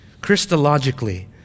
Christologically